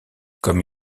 comme